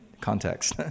context